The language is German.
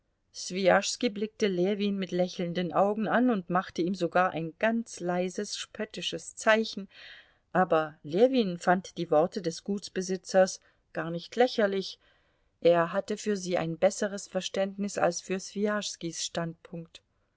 blickte ljewin mit lächelnden augen an und machte ihm sogar ein ganz leises spöttisches zeichen aber ljewin fand die worte des gutsbesitzers gar nicht lächerlich er hatte für sie ein besseres verständnis als für swijaschskis standpunkt